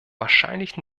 wahrscheinlich